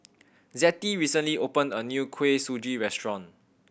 Zettie recently opened a new Kuih Suji restaurant